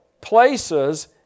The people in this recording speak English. places